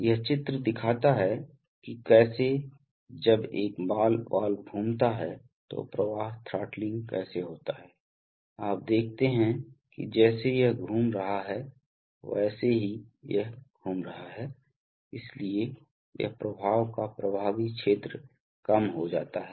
यह चित्र दिखाता है कि कैसे जब एक बॉल वाल्व घूमता है तो प्रवाह थ्रॉटलिंग कैसे होता है आप देखते हैं कि जैसे यह घूम रहा है वैसे ही यह घूम रहा है इसलिए यह प्रवाह का प्रभावी क्षेत्र कम हो जाता है